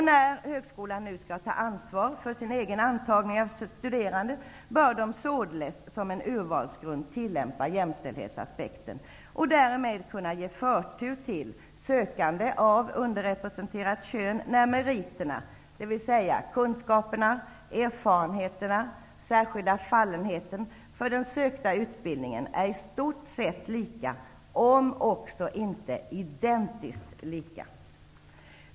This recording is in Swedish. När högskolan nu skall ta ansvar för sin egen antagning av studerande, bör man således som en urvalsgrund tillämpa jämställdhetsaspekten och därmed kunna ge förtur till sökande av underrepresenterat kön när meriterna, dvs. kunskaperna, erfarenheterna och den särskilda fallenheten för den sökta utbildningen, är i stort sett lika om än inte identiskt lika.